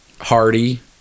Hardy